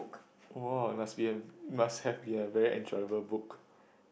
!woah! it must be a must have been a very enjoyable book